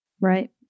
Right